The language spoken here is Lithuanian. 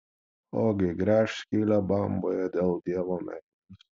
ogi gręš skylę bamboje dėl dievo meilės